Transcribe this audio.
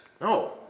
No